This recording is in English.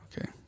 Okay